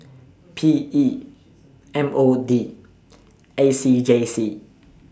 P E M O D A C J C